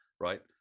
right